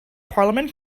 parliament